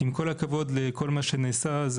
כי עם כל הכבוד למה שנעשה,